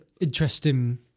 interesting